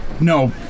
No